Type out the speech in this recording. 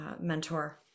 mentor